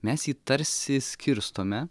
mes jį tarsi skirstome